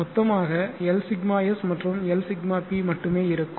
மொத்தமாக Lσs மற்றும் Lσp மட்டுமே இருக்கும்